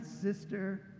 sister